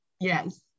Yes